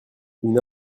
une